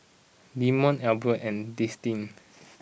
Demond Elby and Destinee